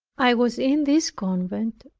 i was in this convent,